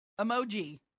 Emoji